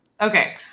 Okay